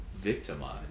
victimized